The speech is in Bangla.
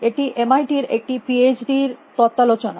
এটি এম আই টি র একটি পি এইচ ডি র একটি তাত্ত্বালোচনা